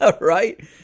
right